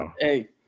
hey